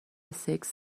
سکس